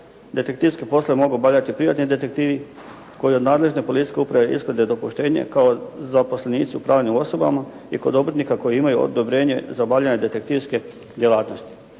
detektivske poslove mogu obavljati privatni detektivi koji od nadležne policijske uprave ishode dopuštenje kao zaposlenici u pravnim osobama i kod obrtnika koji imaju odobrenje za obavljanje detektivske djelatnosti.